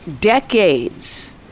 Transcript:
decades